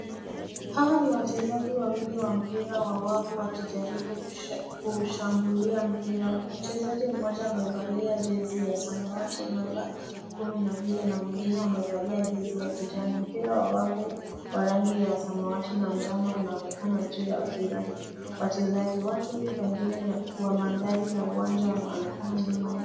Hawa ni wachezaji wawili wa mpira wa wavu wakijaribu kushambulia mpira. Mchezaji mmoja amevalia jezi ya samawati namba kumi na mbili, na mwingine amevalia jezi ya kijani. Mpira wa wavu wa rangi ya samawati na njano unaonekana juu ya wachezaji. Wachezaji watu wengine wa mandhari ya uwanja wanaonekana nyuma yao.